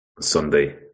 Sunday